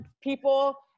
people